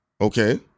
Okay